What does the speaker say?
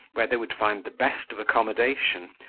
where they would find the best of accommodation,